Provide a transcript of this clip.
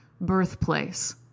Birthplace